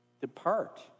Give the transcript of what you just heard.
depart